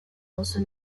also